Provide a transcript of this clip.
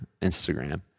Instagram